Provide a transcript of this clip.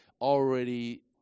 already